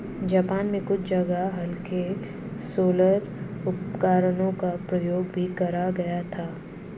Japan में कुछ जगह हल्के सोलर उपकरणों का प्रयोग भी करा गया था